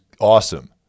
awesome